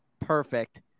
perfect